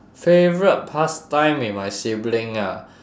favourite pastime with my sibling ah